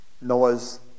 Noah's